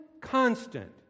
constant